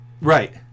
Right